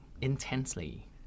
intensely